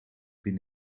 been